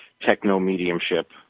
techno-mediumship